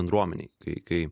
bendruomenėj kai kai